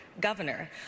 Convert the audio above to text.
governor